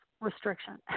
restriction